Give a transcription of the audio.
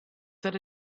that